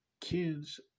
Kids